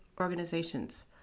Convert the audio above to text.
organizations